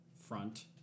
front